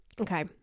Okay